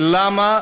למה